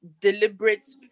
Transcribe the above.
deliberate